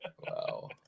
Wow